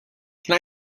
can